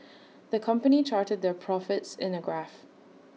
the company charted their profits in A graph